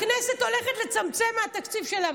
הכנסת הולכת לצמצם מהתקציב שלה,